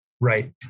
Right